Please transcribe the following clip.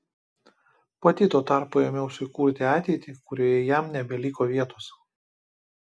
pati tuo tarpu ėmiausi kurti ateitį kurioje jam nebeliko vietos